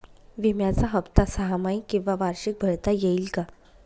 विम्याचा हफ्ता सहामाही किंवा वार्षिक भरता येईल का?